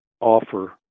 offer